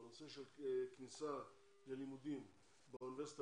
הנושא של כניסה ללימודים באוניברסיטה,